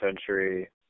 Century –